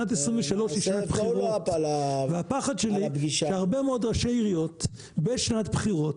שנת 2023 היא שנת בחירות והפחד שלי שהרבה מאוד ראשי עירית בשנת בחירות